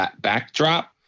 backdrop